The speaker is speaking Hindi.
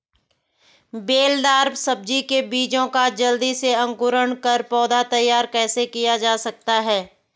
बेलदार सब्जी के बीजों का जल्दी से अंकुरण कर पौधा तैयार कैसे किया जा सकता है?